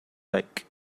like